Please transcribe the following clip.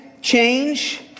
change